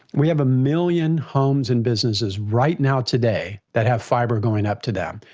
we have a million homes and businesses right now today that have fibre going up to them.